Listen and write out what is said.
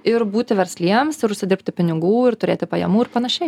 ir būti versliems ir užsidirbti pinigų ir turėti pajamų ir panašiai